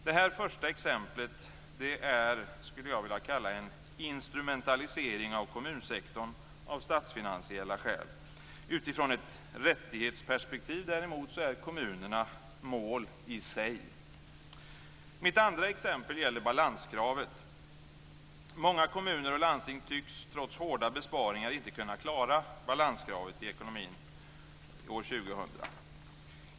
Detta första exempel visar något jag skulle vilja kalla en instrumentalisering av kommunsektorn av statsfinansiella skäl. Utifrån ett rättighetsperspektiv är kommunerna däremot mål i sig. Mitt andra exempel gäller balanskravet. Många kommuner och landsting tycks trots hårda besparingar inte kunna klara balanskravet i ekonomin år 2000.